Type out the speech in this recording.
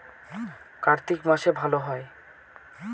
কার্তিক মাসে ভালো হয়?